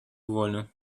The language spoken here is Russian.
волю